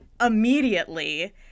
immediately